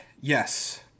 Yes